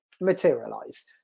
materialize